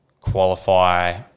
qualify –